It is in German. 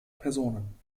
personen